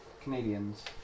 Canadians